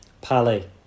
Pali